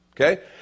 Okay